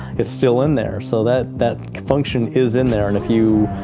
it's still in there, so that that function is in there, and if you,